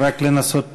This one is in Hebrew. רק, לנסות לסכם,